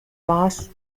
boss